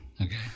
Okay